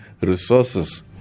resources